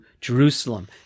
Jerusalem